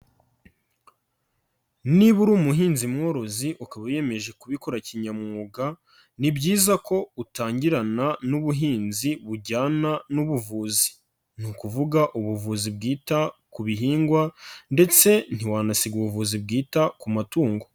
Niba uri umuhinzi mworozi ukaba wiyemeje kubikora kinyamwuga, ni byiza ko utangirana n'ubuhinzi bujyana n'ubuvuzi. i ukuvuga ubuvuzi bwita ku bihingwa ndetse ntiwanasiga ubuvuzi bwita ku matungo.